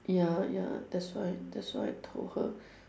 ya ya that's why that's why I told her